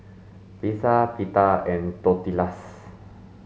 Pizza Pita and Tortillas